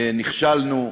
נכשלנו.